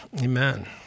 amen